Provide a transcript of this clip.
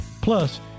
Plus